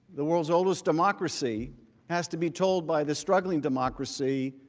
the world's oldest democracy has to be told by the struggling democracy,